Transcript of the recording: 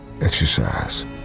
exercise